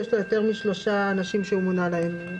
שיש לו יותר משלושה אנשים שהוא מונה להם.